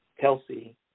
Kelsey